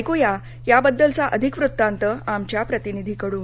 ऐकूया त्याबद्दलचा अधिक वृत्तान्त आमच्या प्रतिनिधीकडून